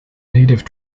native